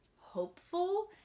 hopeful